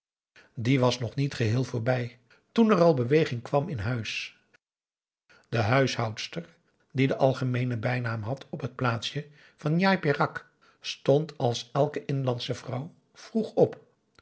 die was nog niet geheel voorbij toen er al beweging kwam in huis de huishoudster die den algemeenen bijnaam had op het plaatsje van njai peraq stond als elke inlandsche vrouw vroeg op